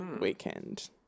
weekend